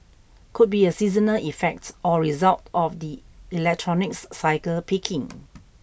could be a seasonal effect or result of the electronics cycle peaking